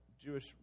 Jewish